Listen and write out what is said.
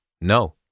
No